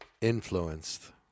influenced